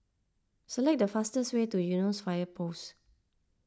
select the fastest way to Eunos Fire Post